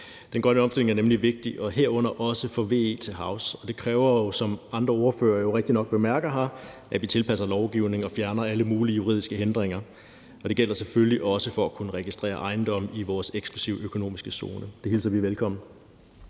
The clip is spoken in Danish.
Den grønne omstilling er nemlig vigtig, herunder også for VE til havs. Men det kræver jo, som andre ordførere rigtigt nok bemærker her, at vi tilpasser lovgivningen og fjerner alle mulige juridiske hindringer. Det gælder selvfølgelig også for at kunne registrere ejendomme i vores eksklusive økonomiske zone. Det hilser vi velkommen.